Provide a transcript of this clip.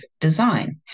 design